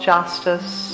Justice